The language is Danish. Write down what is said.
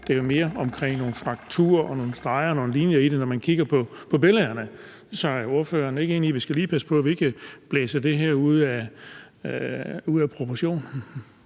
Det drejer sig mere om nogle frakturer og nogle streger og nogle linjer, når man kigger på billederne. Så er ordføreren ikke enig i, at vi lige skal passe på, at vi ikke blæser det her ud af proportioner?